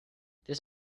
this